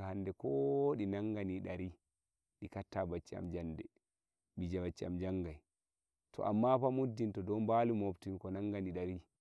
a'a mi itti bafe a'a mi waddi gene sai dai dole sai a hauti sa'i wurtaki bawo gelle sai a nduri dum hanjum yidi hakkilaneki to amma bewa ko ngirrumi dum hanum bewa am jon mi wawai tunda ai ndiyam fi wurtatako wuro sai dai mi wadda bafe mi wadda gene mi wadai ka hokkuki dum to amma fa